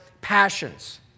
passions